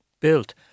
built